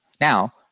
Now